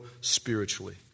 spiritually